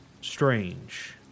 strange